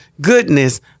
goodness